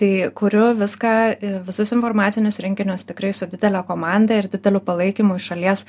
tai kuriu viską visus informacinius rinkinius tikrai su didele komanda ir dideliu palaikymu iš šalies